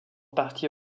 partie